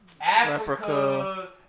Africa